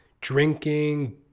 drinking